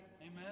Amen